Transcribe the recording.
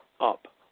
up